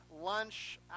lunch